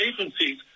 agencies